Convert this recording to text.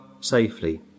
safely